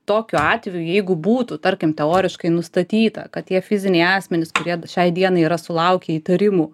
tokiu atveju jeigu būtų tarkim teoriškai nustatyta kad tie fiziniai asmenys kurie šiai dienai yra sulaukę įtarimų